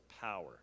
power